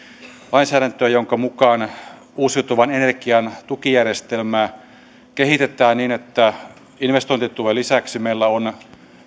lainsäädäntöä jonka mukaan uusiutuvan energian tukijärjestelmää kehitetään niin että investointituen lisäksi meillä on